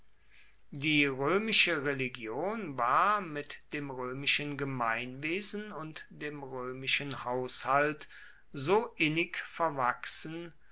die römische religion war mit dem römischen gemeinwesen und dem römischen haushalt so innig verwachsen